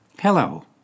Hello